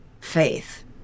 faith